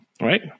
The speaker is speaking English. right